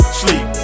sleep